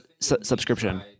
subscription